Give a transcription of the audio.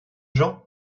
gens